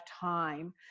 time